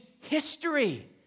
history